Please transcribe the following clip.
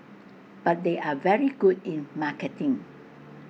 but they are very good in marketing